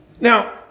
Now